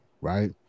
right